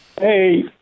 Hey